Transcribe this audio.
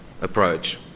approach